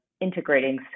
integrating